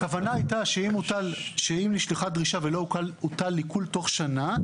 הכוונה הייתה שאם נשלחה דרישה ולא הוטל עיקול בתוך שנה,